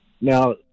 Now